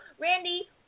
Randy